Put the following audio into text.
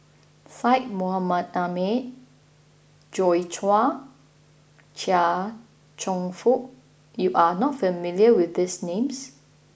Syed Mohamed Ahmed Joi Chua and Chia Cheong Fook you are not familiar with these names